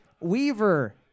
Weaver